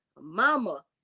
mama